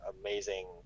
amazing